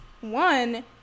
one